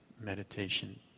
meditation